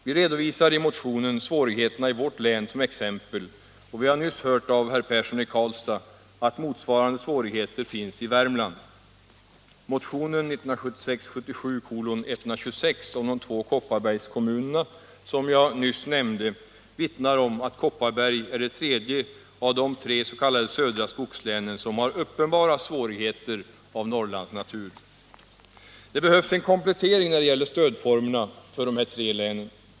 Vi redovisar i motionen svårigheterna i vårt län som exempel, och vi har nyss hört av herr Persson i Karlstad att motsvarande svårigheter finns i Värmland. Motionen 1976/77:126 om de två Kopparbergskommunerna, som jag nyss nämnde, vittnar om att Kopparberg är det tredje av de tre s.k. södra skogslänen, som har uppenbara svårigheter av Norrlandsnatur. Det behövs en komplettering när det gäller stödformerna för dessa tre län.